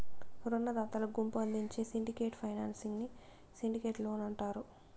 రునదాతల గుంపు అందించే సిండికేట్ ఫైనాన్సింగ్ ని సిండికేట్ లోన్ అంటారు